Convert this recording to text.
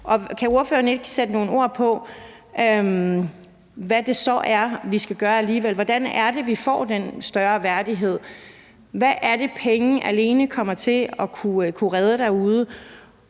Kan ordføreren ikke sætte nogle ord på, hvad det så er, vi skal gøre alligevel? Hvordan er det, vi får den større værdighed? Hvad er det, penge alene kommer til at kunne redde derude?